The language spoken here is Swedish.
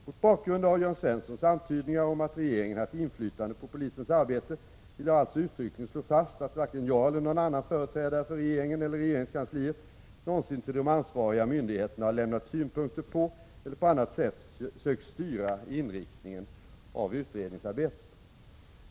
Mot bakgrund av Jörn Svenssons antydningar om att regeringen haft inflytande på polisens arbete vill jag alltså uttryckligen slå fast att varken jag eller någon annan företrädare för regeringen eller regeringskansliet någonsin till de ansvariga myndigheterna har lämnat synpunkter på eller på annat sätt sökt styra inriktningen av utredningsarbetet.